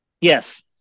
yes